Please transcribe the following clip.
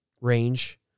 range